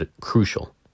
crucial